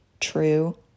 true